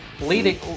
leading